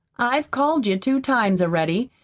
i've called you two times already.